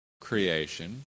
creation